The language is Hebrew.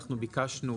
אנחנו ביקשנו,